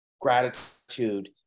gratitude